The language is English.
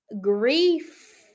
grief